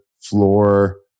floor